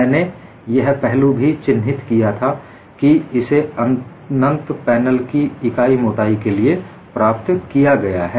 मैंने यह पहलू भी चिन्हित किया था कि इसे अनंत पैनल की इकाई मोटाई के लिए प्राप्त किया गया है